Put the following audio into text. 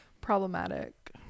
Problematic